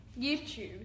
YouTube